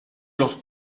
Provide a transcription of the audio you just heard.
los